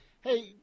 hey